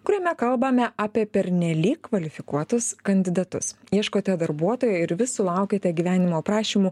kuriame kalbame apie pernelyg kvalifikuotus kandidatus ieškote darbuotojo ir vis sulaukiate gyvenimo aprašymų